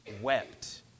wept